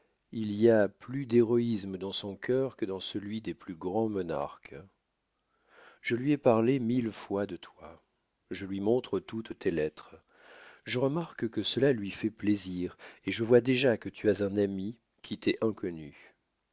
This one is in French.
il y a plus d'héroïsme dans son cœur que dans celui des plus grands monarques je lui ai parlé mille fois de toi je lui montre toutes tes lettres je remarque que cela lui fait plaisir et je vois déjà que tu as un ami qui t'est inconnu